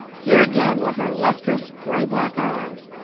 here again were her lustrous gray-black eyes,